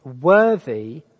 worthy